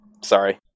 Sorry